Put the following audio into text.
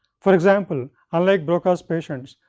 for example, unlike broca's patients,